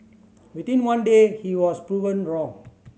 within one day he was proven wrong